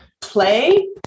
Play